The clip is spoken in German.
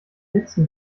letzten